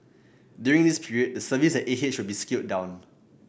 during this period the services at A will be scaled down